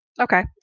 Okay